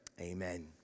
Amen